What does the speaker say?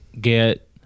get